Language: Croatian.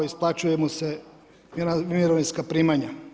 Isplaćuje mu se mirovinska primanja.